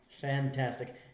Fantastic